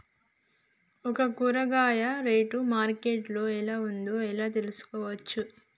ఒక కూరగాయ rate market లో ఎలా ఉందో ఎలా తెలుసుకోవచ్చు?